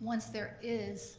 once there is